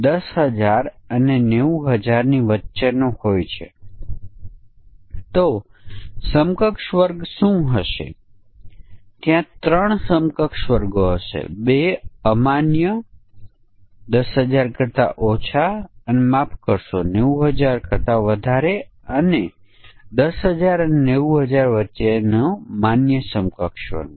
પછી આપણે સંયોજનો પર પણ વિચાર કરવો પડશે થાપણના સમયગાળા માટે નકારાત્મક મૂલ્ય અને મૂળ રકમ માટે નકારાત્મક મૂલ્યમાટે નકારાત્મક મૂલ્ય મૂળ રકમ અને થાપણની અવધિ 1 વર્ષ અને તેથી વધુ